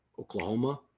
Oklahoma